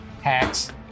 Hacks